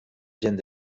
gent